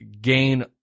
gain